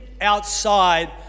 outside